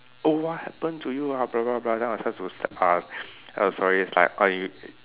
oh what happened to you ah then I was start to s~ uh oh sorry it's like oh you